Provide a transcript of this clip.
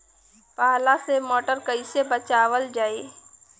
पाला से मटर कईसे बचावल जाई?